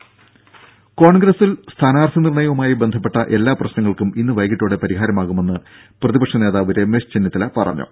ദേദ കോൺഗ്രസിൽ സ്ഥാനാർത്ഥി നിർണയവുമായി ബന്ധപ്പെട്ട എല്ലാ പ്രശ്നങ്ങൾക്കും ഇന്ന് വൈകീട്ടോടെ പരിഹാരമാകുമെന്ന് പ്രതിപക്ഷ നേതാവ് രമേശ് ചെന്നിത്തല പറഞ്ഞു